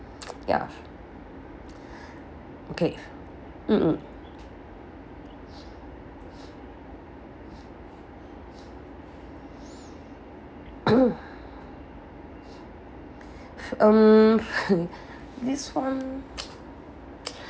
ya okay mm mm um this one